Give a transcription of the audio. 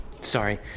Sorry